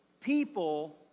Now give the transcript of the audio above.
people